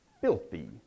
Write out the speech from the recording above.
filthy